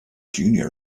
junior